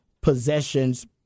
possessions